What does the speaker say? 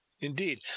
Indeed